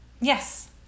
Yes